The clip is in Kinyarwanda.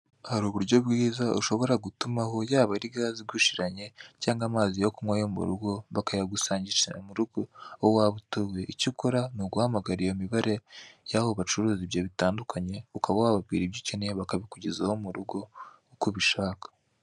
Hari uburyo bwiza ushobora gutumaho, yaba ari gasi igushiranye cyangwa amazi yo kunywa yo mu rugo, bakayagusangisha mu rugo aho waba utuye. Icyo ukora ni umuhamagara iyo mibare y'aho bacuruza ibyo bitandukanye, ukaba wababwira ibyo ukeneye bakabikugezaho mu rugo uko ubishaka.